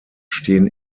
stehen